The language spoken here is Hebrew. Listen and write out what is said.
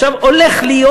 עכשיו הולך להיות,